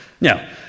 Now